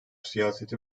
siyaseti